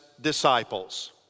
disciples